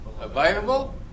Available